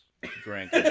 drank